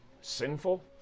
sinful